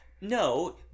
No